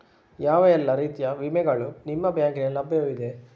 ಯಾವ ಎಲ್ಲ ರೀತಿಯ ವಿಮೆಗಳು ನಿಮ್ಮ ಬ್ಯಾಂಕಿನಲ್ಲಿ ಲಭ್ಯವಿದೆ?